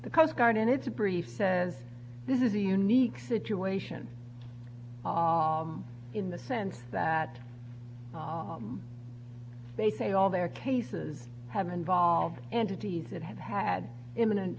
the coast guard in it's a brief says this is a unique situation are in the sense that they say all their cases have involved entities that have had imminent